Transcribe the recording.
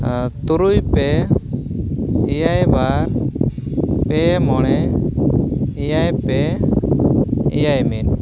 ᱛᱩᱨᱩᱭ ᱯᱮ ᱮᱭᱟᱭ ᱵᱟᱨ ᱯᱮ ᱢᱚᱬᱮ ᱮᱭᱟᱭ ᱯᱮ ᱮᱭᱟᱭ ᱢᱤᱫ